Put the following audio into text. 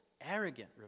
arrogant